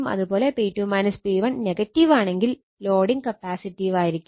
അതുപോലെ P2 P1 നെഗറ്റീവാണെങ്കിൽ loading capacitive ആയിരിക്കും